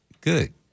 Good